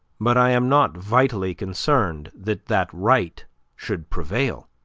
but i am not vitally concerned that that right should prevail.